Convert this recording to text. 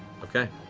okay.